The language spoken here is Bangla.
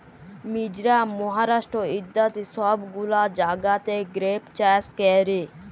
মিজরাম, মহারাষ্ট্র ইত্যাদি সব গুলা জাগাতে গ্রেপ চাষ ক্যরে